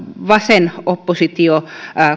vasen oppositio